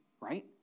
right